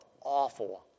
awful